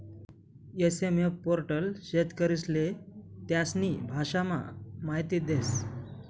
SMF portal शेतकरीस्ले त्यास्नी भाषामा माहिती देस